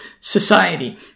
society